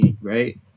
right